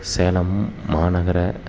Salem Maanagaram